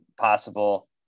possible